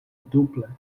dupla